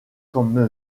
comme